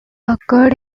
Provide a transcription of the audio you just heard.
occurred